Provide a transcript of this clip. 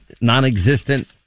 non-existent